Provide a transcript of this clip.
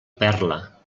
perla